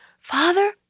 father